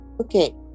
okay